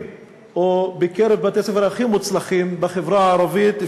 או מבתי-ספר הכי מוצלחים בחברה הערבית,